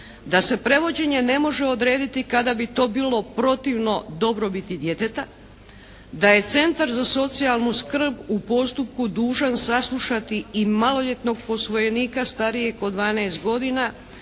da se prevođenje ne može odrediti kada bi to bilo protivno dobrobiti djeteta, da je Centar za socijalnu skrb u postupku dužan saslušati i maloljetnog posvojenika starijeg od 12 godina